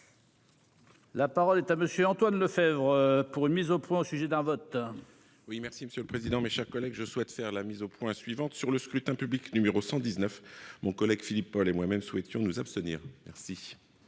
La parole est à monsieur Antoine Lefèvre pour une mise au point, au sujet d'un vote. Oui, merci monsieur le président, mes chers collègues, je souhaite faire la mise au point suivante sur le scrutin public numéro 119. Mon collègue Philippe Paul et moi-même souhaitons nous abstenir merci.